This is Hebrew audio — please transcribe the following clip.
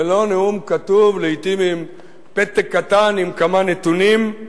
ללא נאום כתוב, לעתים עם פתק קטן עם כמה נתונים,